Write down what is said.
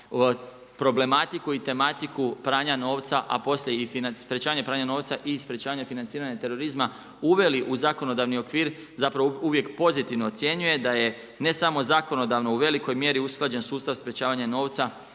problematiku i tematiku pranja novca a poslije i sprečavanje pranja novca i sprečavanje financiranja terorima uveli u zakonodavni okvir, zapravo uvijek pozitivno ocjenjuje da je ne samo zakonodavno u velikoj mjeri usklađen sustav sprečavanja novca